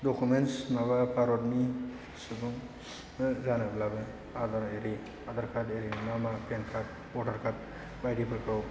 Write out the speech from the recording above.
documents माबा भारतनि सुबुं जानोब्लाबो आदार एरि आदार कार्ड एरि मा मा पेन कार्ड भटार कार्ड बायदिफोरखौ